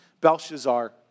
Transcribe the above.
Belshazzar